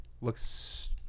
looks